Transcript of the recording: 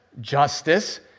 justice